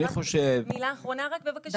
אני חושב -- מילה אחרונה רק בבקשה,